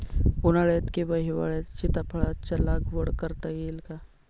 उन्हाळ्यात किंवा हिवाळ्यात सीताफळाच्या लागवड करता येईल का?